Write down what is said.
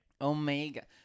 Omega